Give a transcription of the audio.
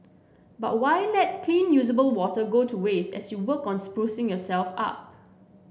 but why let clean usable water go to waste as you work on sprucing yourself up